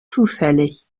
zufällig